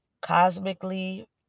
cosmically